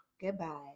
Goodbye